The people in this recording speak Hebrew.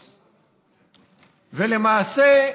למעשה,